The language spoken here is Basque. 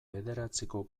bederatziko